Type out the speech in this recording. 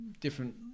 different